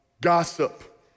gossip